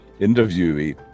interviewee